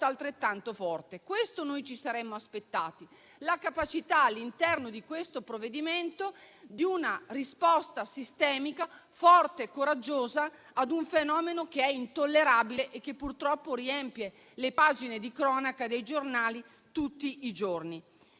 altrettanto forte. Questo ci saremmo aspettati, ovvero la capacità, all'interno del provvedimento, di una risposta sistemica, forte e coraggiosa ad un fenomeno intollerabile, che purtroppo riempie le pagine di cronaca dei giornali tutti i giorni.